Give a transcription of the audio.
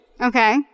Okay